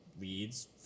leads